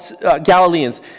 Galileans